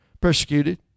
persecuted